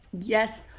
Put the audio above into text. Yes